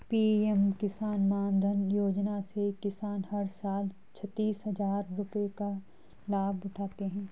PM Kisan Maandhan Yojana से किसान हर साल छतीस हजार रुपये का लाभ उठाते है